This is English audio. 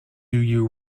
you